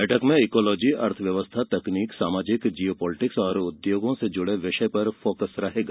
बैठक में ईकोलॉजी अर्थ व्यवस्था टेक्नोलॉजी सामाजिक जियो पॉलिटिक्स और उद्योगों से जुड़े विषय पर फोकस रहेगा